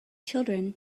children